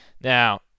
Now